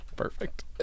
Perfect